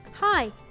Hi